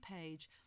page